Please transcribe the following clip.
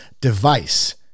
device